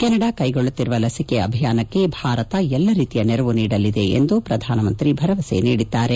Canada ಕೈಗೊಳ್ಳಲಿರುವ ಲಸಿಕೆ ಅಭಿಯಾನಕ್ಕೆ ಭಾರತ ಎಲ್ಲಾ ರೀತಿಯ ನೆರವು ನೀಡಲಿದೆ ಎಂದು ಪ್ರಧಾನಮಂತ್ರಿ ಅವರು ಭರವಸೆ ನೀಡಿದ್ದಾರೆ